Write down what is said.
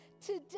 Today